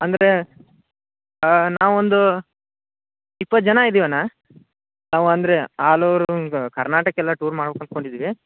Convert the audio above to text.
ಅಂದರೆ ನಾವು ಒಂದು ಇಪ್ಪತ್ತು ಜನ ಇದ್ದೀವಣ್ಣ ನಾವು ಅಂದರೆ ಆಲ್ ಓರ್ ಒಂದು ಕರ್ನಾಟಕ ಎಲ್ಲ ಟೂರ್ ಮಾಡ್ಬೇಕು ಅಂದ್ಕೊಂಡಿದ್ದೀವಿ